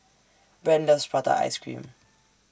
Brant loves Prata Ice Cream